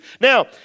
Now